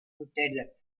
modelle